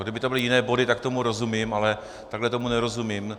Kdyby to byly jiné body, tak tomu rozumím, ale takhle tomu nerozumím.